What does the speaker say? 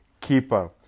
keeper